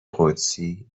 قدسی